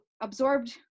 absorbed